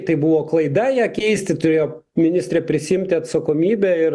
tai buvo klaida ją keisti turėjo ministrė prisiimti atsakomybę ir